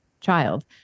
child